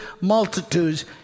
multitudes